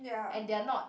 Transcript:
and they are not